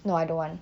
no I don't want